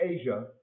Asia